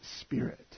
spirit